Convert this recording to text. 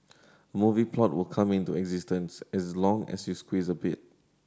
movie plot will come into existence as long as you squeeze a bit